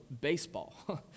baseball